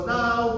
now